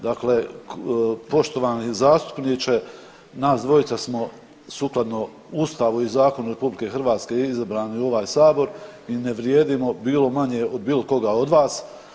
Dakle, poštovani zastupniče nas dvojica smo sukladno Ustavu i zakonu RH izabrani u ovaj sabor i ne vrijedimo bilo manje od bilo koga od vas.